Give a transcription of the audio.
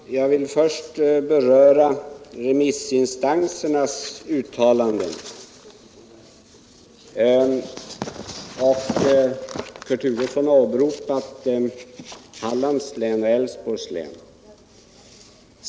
Herr talman! Jag vill först beröra remissinstansernas uttalanden. Kurt Hugosson har åberopat yttrandena från Hallands län och Älvsborgs län.